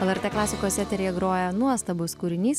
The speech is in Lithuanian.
lrt klasikos eteryje groja nuostabus kūrinys